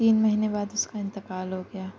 تین مہینے بعد اُس کا انتقال ہو گیا